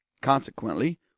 Consequently